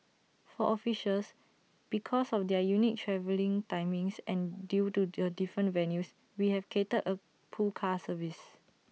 for officials because of their unique travelling timings and due to A different venues we have catered A pool car service